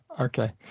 okay